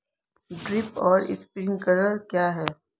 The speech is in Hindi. ड्रिप और स्प्रिंकलर क्या हैं?